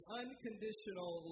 unconditional